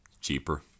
Cheaper